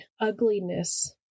ugliness